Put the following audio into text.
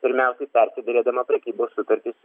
pirmiausiai persiderėdama prekybos sutartis